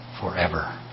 forever